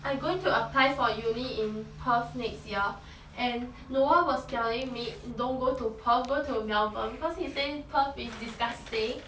I going to apply for uni in perth next year and noah was telling me don't go to perth go to melbourne cause he says perth is disgusting